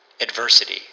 adversity